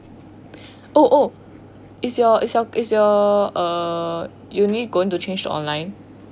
oh oh is your is a is a eh you need to going to change to online